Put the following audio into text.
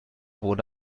wurde